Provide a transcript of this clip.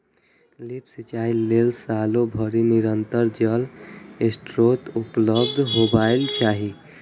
lift सिंचाइ लेल सालो भरि निरंतर जल स्रोत उपलब्ध हेबाक चाही